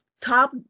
top